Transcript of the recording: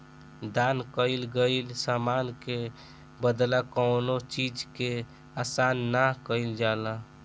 दान कईल गईल समान के बदला कौनो चीज के आसा ना कईल जाला